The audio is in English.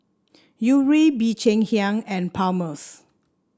Yuri Bee Cheng Hiang and Palmer's